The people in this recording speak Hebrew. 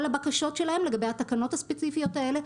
כל הבקשות שלהם לגבי התקנות הספציפיות האלה,